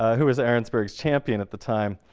who was arensberg's champion at the time,